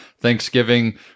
Thanksgiving